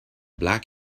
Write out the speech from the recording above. black